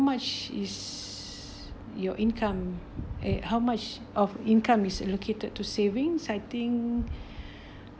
much is your income eh how much of income is allocated to savings I think